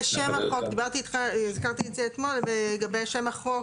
הזכרתי את זה אתמול, לגבי שם החוק